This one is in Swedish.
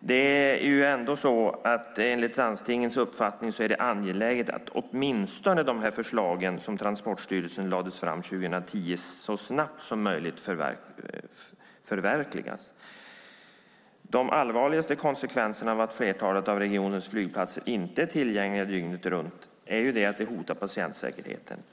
Det är ändå enligt landstingens uppfattning angeläget att åtminstone de förslag som Transportstyrelsen lade fram 2010 så snabbt som möjligt förverkligas. De allvarligaste konsekvenserna av att flertalet av regionens flygplatser inte är tillgängliga dygnet runt är att det hotar patientsäkerheten.